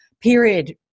period